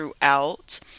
throughout